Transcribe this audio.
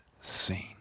seen